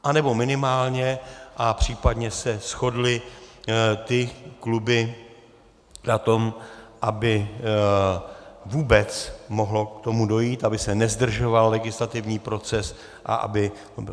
Anebo minimálně a případně se shodly kluby na tom, aby vůbec mohlo k tomu dojít, aby se nezdržoval legislativní proces a aby to bylo.